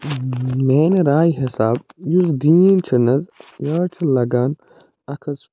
میانہِ رایہِ حِساب یُس دیٖن چھُنہٕ حظ یہِ حظ چھِ لگان اَکھ حظ